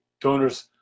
donors